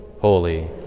holy